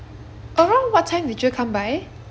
around what time did you come by